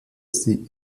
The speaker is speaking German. sie